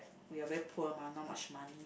we are very poor ma not much money